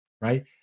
right